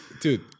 dude